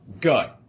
good